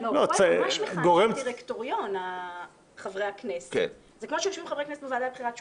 שיושבים חברי כנסת בוועדה לבחירת שופטים.